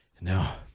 now